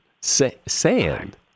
Sand